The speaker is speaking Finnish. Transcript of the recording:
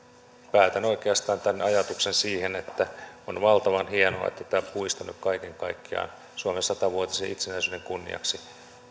päätän oikeastaan tämän ajatuksen siihen että on valtavan hienoa että tämä puisto nyt kaiken kaikkiaan suomen satavuotisen itsenäisyyden kunniaksi